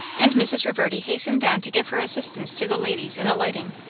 and mrs. reverdy hastened down to give her assistance to the ladies in alighting.